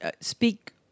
speak